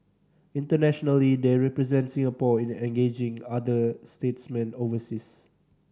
internationally they represent Singapore in engaging other statesmen overseas